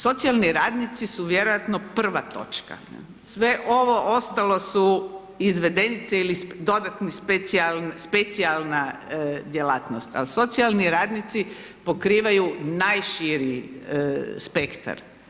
Socijalni radnici su vjerojatno prva točka, sve ovo ostalo su izvedenice ili dodatni specijalni, specijalna djelatnost, ali socijalni radnici pokrivaju najširi spektar.